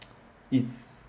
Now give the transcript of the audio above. it's